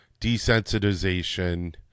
desensitization